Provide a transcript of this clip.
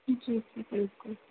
जी जी बिल्कुलु